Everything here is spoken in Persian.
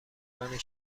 رانی